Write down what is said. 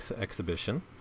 exhibition